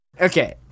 okay